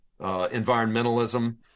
environmentalism